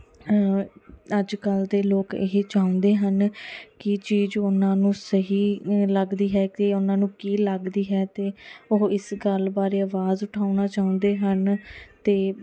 ਅੱਜ ਕੱਲ੍ਹ ਦੇ ਲੋਕ ਇਹ ਚਾਹੁੰਦੇ ਹਨ ਕੀ ਚੀਜ਼ ਉਹਨਾਂ ਨੂੰ ਸਹੀ ਲੱਗਦੀ ਹੈ ਅਤੇ ਉਹਨਾਂ ਨੂੰ ਕੀ ਲੱਗਦੀ ਹੈ ਅਤੇ ਉਹ ਇਸ ਗੱਲ ਬਾਰੇ ਆਵਾਜ਼ ਉਠਾਉਣਾ ਚਾਹੁੰਦੇ ਹਨ ਅਤੇ